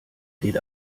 geht